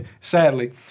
sadly